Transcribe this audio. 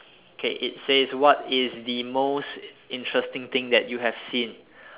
okay it says what is the most interesting thing that you have seen